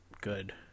good